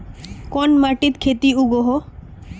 कोन माटित खेती उगोहो?